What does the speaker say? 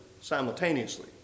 simultaneously